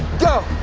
go!